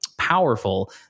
powerful